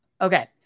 okay